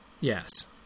Yes